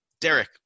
Derek